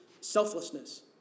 selflessness